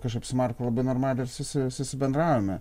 kažkaip su marku normaliai ir susi susibendravome